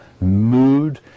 mood